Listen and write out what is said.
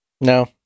no